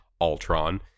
Ultron